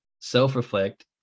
self-reflect